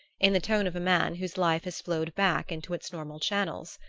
in the tone of a man whose life has flowed back into its normal channels.